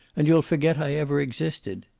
and you'll forget i ever existed.